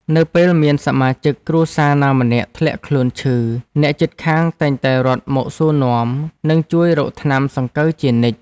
នៅពេលមានសមាជិកគ្រួសារណាម្នាក់ធ្លាក់ខ្លួនឈឺ អ្នកជិតខាងតែងតែរត់មកសួរនាំ និងជួយរកថ្នាំសង្កូវជានិច្ច។